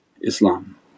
Islam